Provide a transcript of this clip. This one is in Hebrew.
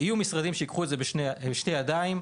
יהיו משרדים שייקחו את זה בשתי ידיים,